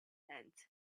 tent